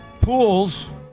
pools